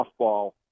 softball